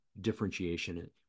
differentiation